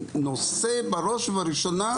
הנושא היה חשוב, בראש ובראשונה,